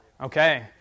Okay